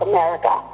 America